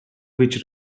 which